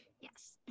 yes